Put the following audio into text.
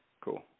Cool